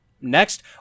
Next